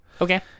okay